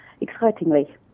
excitingly